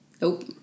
nope